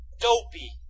dopey